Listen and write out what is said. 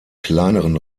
kleineren